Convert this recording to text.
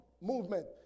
Movement